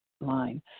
line